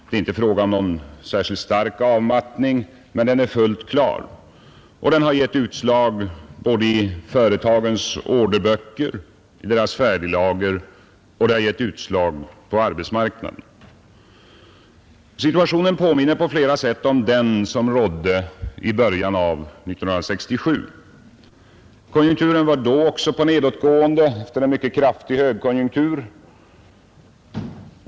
Det är inte fråga om någon särskilt stark avmattning, men tendensen är fullt klar och har givit utslag både i företagens orderböcker och färdiglager och på arbetsmarknaden. Situationen påminner på flera sätt om den som rådde i början av 1967. Konjunkturen var även då på nedåtgående efter en mycket kraftig högkonjunktur.